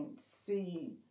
see